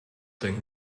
thing